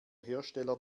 hersteller